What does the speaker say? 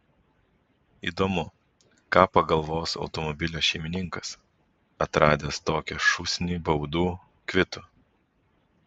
įdomu ką pagalvos automobilio šeimininkas atradęs tokią šūsnį baudų kvitų